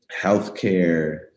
healthcare